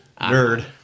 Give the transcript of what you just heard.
Nerd